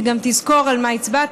שגם תזכור על מה הצבעת,